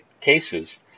cases